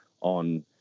on